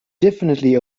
definitely